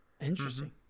Interesting